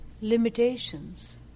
limitations